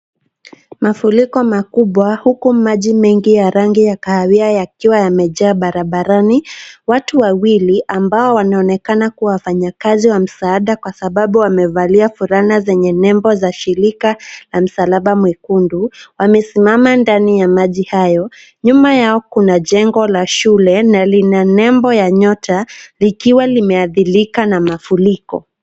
Mafuriko makubwa huku maji mengi ya rangi ya kahawia yakiwa yamejaa barabarani. Watu wawili ambao wanaonekana kua wafanyakazi wa msaada kwa sababu wamevalia fulana zenye nembo za shirika la msalaba mwekundu, wamesimama ndani ya maji hayo. Nyuma yao kuna jengo la shule na lina nembo ya nyota likiwa limeadhirika na mafuriko.